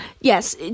Yes